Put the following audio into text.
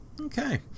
Okay